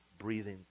breathing